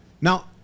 now